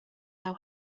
how